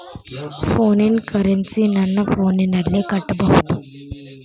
ಫೋನಿನ ಕರೆನ್ಸಿ ನನ್ನ ಫೋನಿನಲ್ಲೇ ಕಟ್ಟಬಹುದು?